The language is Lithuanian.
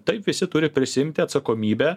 taip visi turi prisiimti atsakomybę